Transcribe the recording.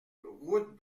route